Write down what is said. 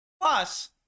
Plus